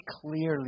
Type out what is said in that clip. clearly